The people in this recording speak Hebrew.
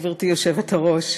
גברתי היושבת-ראש,